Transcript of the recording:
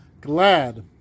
GLAD